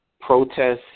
protests